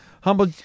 Humble